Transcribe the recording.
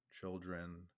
children